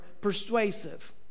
persuasive